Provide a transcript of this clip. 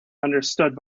understood